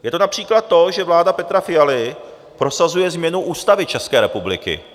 Je to například to, že vláda Petra Fialy prosazuje změnu Ústavy České republiky.